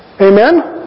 Amen